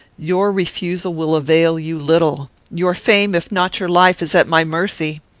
your refusal will avail you little. your fame, if not your life, is at my mercy.